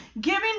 giving